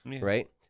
Right